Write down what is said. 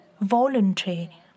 voluntary